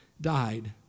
died